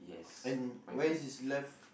and where is his left